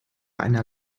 einer